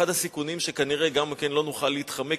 אחד הסיכונים שכנראה גם כן לא נוכל להתחמק